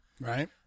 Right